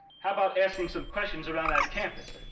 how about asking some questions around that campus